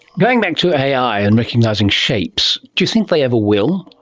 going back to ai and recognising shapes, do you think they ever will?